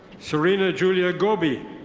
serene julia gobi.